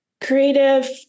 creative